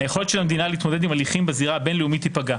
היכולת של המדינה להתמודד עם הליכים בזירה הבין-לאומית תיפגע,